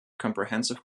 comprehensive